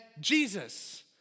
Jesus